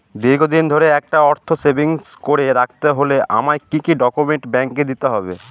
দীর্ঘদিন ধরে একটা অর্থ সেভিংস করে রাখতে হলে আমায় কি কি ডক্যুমেন্ট ব্যাংকে দিতে হবে?